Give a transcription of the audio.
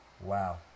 Wow